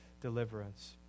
deliverance